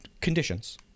conditions